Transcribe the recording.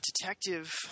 Detective